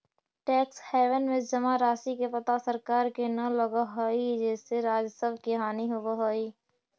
tax haven में जमा राशि के पता सरकार के न लगऽ हई जेसे राजस्व के हानि होवऽ हई